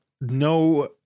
no